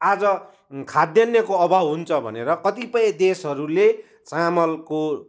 आज खाद्यान्नको अभाव हुन्छ भनेर कतिपय देशहरूले चामलको